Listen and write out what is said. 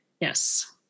Yes